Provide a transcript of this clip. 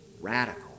Radical